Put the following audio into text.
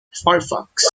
firefox